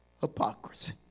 hypocrisy